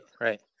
right